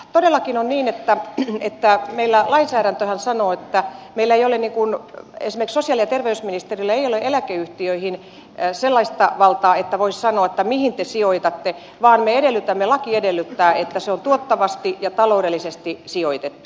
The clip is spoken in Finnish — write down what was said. todellakin on niin että meillä lainsäädäntöhän sanoo että esimerkiksi sosiaali ja terveysministeriöllä ei ole eläkeyhtiöihin sellaista valtaa että voisi sanoa mihin te sijoitatte vaan me edellytämme laki edellyttää että se on tuottavasti ja taloudellisesti sijoitettu